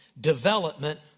development